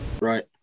right